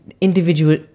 individual